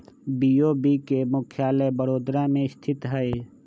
BOB के मुख्यालय बड़ोदरा में स्थित हइ